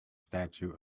statue